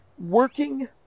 Working